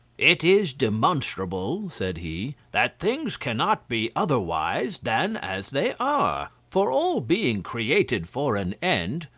it is demonstrable, said he, that things cannot be otherwise than as they are for all being created for an end,